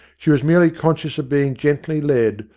she was merely conscious of being gently led,